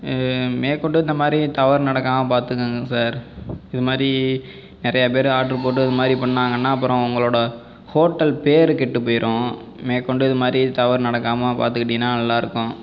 மேற்கொண்டு இந்தமாதிரி தவறு நடக்காமல் பார்துக்கோங்கள் சார் இதுமாதிரி நிறைய பேர் ஆட்ரு போட்டு இதுமாதிரி பண்ணாங்கன்னா அப்புறம் உங்களோடய ஹோட்டல் பேர் கெட்டுப் போயிடும் மேற்கொண்டு இதுமாதிரி தவறு நடக்காமல் பார்த்துக்கிட்டிங்கன்னா நல்லாயிருக்கும்